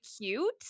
cute